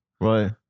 right